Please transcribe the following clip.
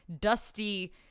dusty